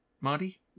Marty